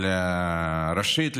ראשית,